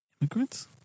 Immigrants